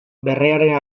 barrearen